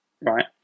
right